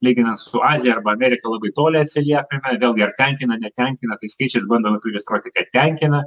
lyginant su azija arba amerika labai toli atsiliekame vėlgi ar tenkina netenkina tai skaičiais bandoma pailiustruoti kad tenkina